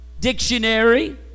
dictionary